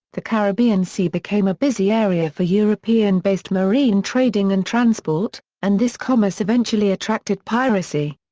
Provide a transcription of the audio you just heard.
the caribbean sea became a busy area for european-based marine trading and transport, and this commerce eventually attracted piracy.